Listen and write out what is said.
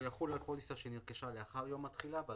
"הוא יחול על פוליסה שנרכשה לאחר יום התחילה ועל